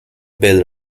bell